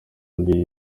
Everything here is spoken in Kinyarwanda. mbi